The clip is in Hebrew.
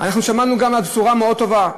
אנחנו שמענו גם בשורה מאוד טובה,